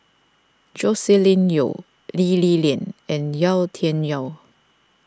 Joscelin Yeo Lee Li Lian and Yau Tian Yau